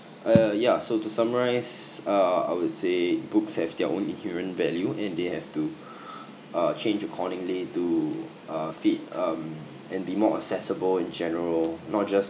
uh yeah so to summarise uh I would say books have their own inherent value and they have to uh change accordingly to uh fit um and be more accessible in general not just